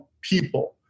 people